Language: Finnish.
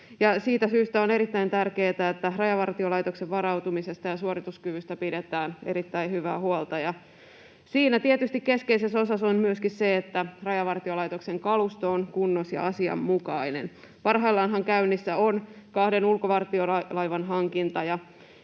Siitä syystä on erittäin tärkeätä, että Rajavartiolaitoksen varautumisesta ja suorituskyvystä pidetään erittäin hyvää huolta. Siinä tietysti keskeisessä osassa on myöskin se, että Rajavartiolaitoksen kalusto on kunnossa ja asianmukainen. Parhaillaanhan käynnissä on kahden ulkovartiolaivan hankinta